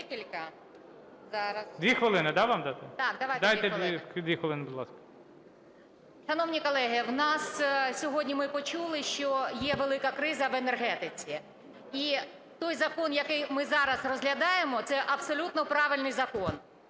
2 хвилини. ГОЛОВУЮЧИЙ. Дайте 2 хвилини, будь ласка. ГРИБ В.О. Шановні колеги, у нас… Сьогодні ми почули, що є велика криза в енергетиці. І той закон, який ми зараз розглядаємо, це абсолютно правильний закон,